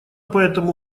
поэтому